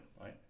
right